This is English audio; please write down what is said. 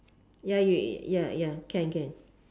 ya you ya ya can can